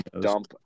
dump